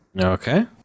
okay